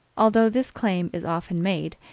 although this claim is often made,